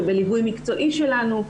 ובליווי מקצועי שלנו,